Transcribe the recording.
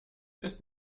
ist